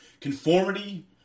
conformity